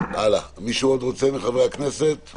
עוד מישהו רוצה מחברי הכנסת?